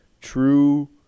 true